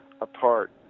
apart